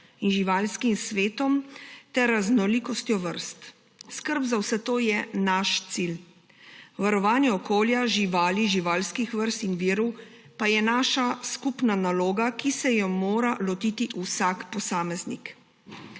in živalskim svetom ter raznolikostjo vrst. Skrb za vse to je naš cilj. Varovanje okolja, živali, živalskih vrst in virov pa je naša skupna naloga, ki se je mora lotiti vsak posameznik.